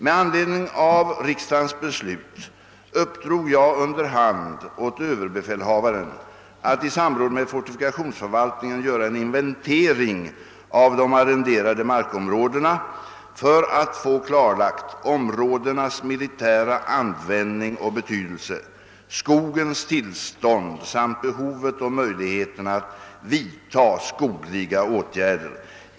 Med anledning av riksdagens beslut uppdrog jag under hand åt överbefälhavaren att i samråd med fortifikationsförvaltningen göra en inventering av de arrenderade markområdena för att få klarlagt områdenas militära användning och betydelse, skogens tillstånd samt behovet och möjligheterna att vidta skogliga åtgärder.